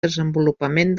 desenvolupament